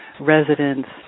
residents